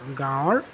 গাঁৱৰ